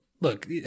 look